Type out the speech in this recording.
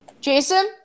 jason